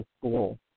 school